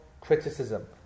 criticism